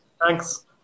Thanks